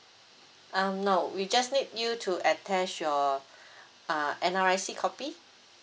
um no we just need you to attach your uh N_R_I_C copy